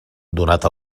donat